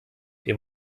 wir